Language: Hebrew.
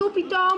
שטות.